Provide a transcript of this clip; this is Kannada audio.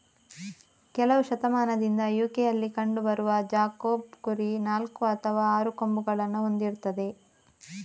ಕೆಲವು ಶತಮಾನದಿಂದ ಯು.ಕೆಯಲ್ಲಿ ಕಂಡು ಬರುವ ಜಾಕೋಬ್ ಕುರಿ ನಾಲ್ಕು ಅಥವಾ ಆರು ಕೊಂಬುಗಳನ್ನ ಹೊಂದಿರ್ತದೆ